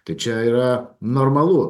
tai čia yra normalu